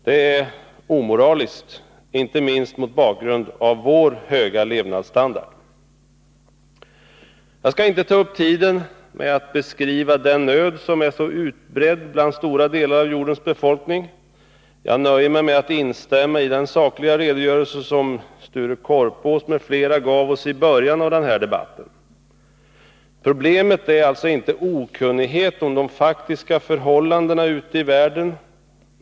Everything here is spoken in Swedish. Det är omoraliskt, inte minst mot bakgrund av vår höga levnadsstandard. Jag skallinte ta upp tiden med att beskriva den nöd som är så utbredd bland stora delar av jordens befolkning. Jag nöjer mig med att instämma i den sakliga redogörelse som Sture Korpås m.fl. gav oss i början av den här debatten. Problemet är alltså inte okunnighet om faktiska förhållanden ute i världen.